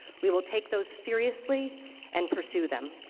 we will take those seriously and pursue them.